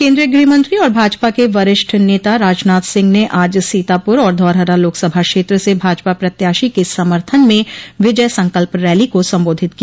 केन्द्रीय गृहमंत्री और भाजपा के वरिष्ठ नेता राजनाथ सिंह ने आज सीतापुर और धौरहरा लोकसभा क्षेत्र से भाजपा प्रत्याशी के समर्थन में विजय संकल्प रैली को संबोधित किया